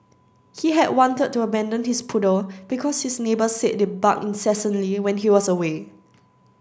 he had wanted to abandon his poodle because his neighbours said it barked incessantly when he was away